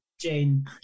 Jane